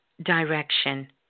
direction